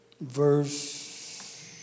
verse